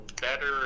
better